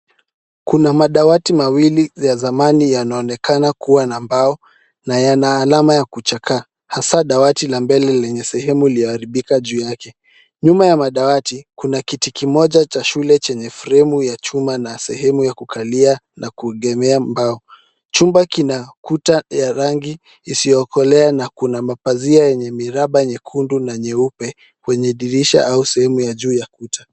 Kuna madawati mawili ya zamani yanaonekana kuwa na mbao na yana alama ya kuchakaa hasa dawati la mbele lenye sehemu iliyoharibika juu yake. Nyuma ya madawati kuna kiti kimoja cha shule chenye fremu ya chuma na sehemu ya kukalia na kuegemea mbao. Chumba kina kuta ya rangi isiyokolea na kuna mapazia yenye miraba nyekundu na nyeupe kwenye dirisha au sehemu ya juu ya kuta.